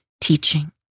teaching